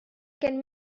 can